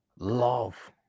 Love